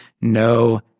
no